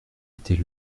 était